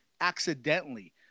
accidentally